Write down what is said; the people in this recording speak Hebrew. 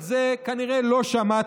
את זה כנראה לא שמעתם,